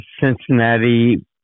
Cincinnati